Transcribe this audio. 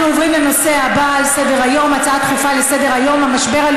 נעבור להצעות לסדר-היום מס' 9216,